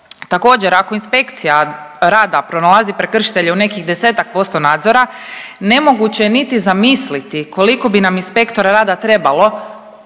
Također ako inspekcija rada pronalazi prekršitelje u nekih 10-ak posto nadzora, nemoguće je niti zamisliti koliko bi nam inspektora rada trebalo